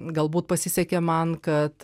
galbūt pasisekė man kad